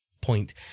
point